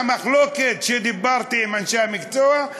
המחלוקת עם אנשי המקצוע,